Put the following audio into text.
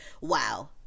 wow